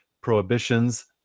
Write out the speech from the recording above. prohibitions